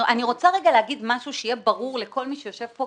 אני רוצה רגע להגיד משהו שיהיה ברור לכל מי שיושב פה,